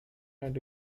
and